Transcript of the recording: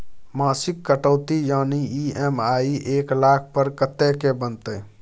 मासिक कटौती यानी ई.एम.आई एक लाख पर कत्ते के बनते?